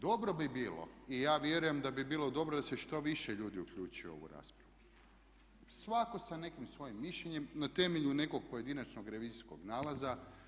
Dobro bi bilo i ja vjerujem da bi bilo dobro da se što više ljudi uključi u ovu raspravu svatko sa nekim svojim mišljenjem na temelju nekog pojedinačnog revizijskog nalaza.